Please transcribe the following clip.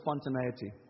spontaneity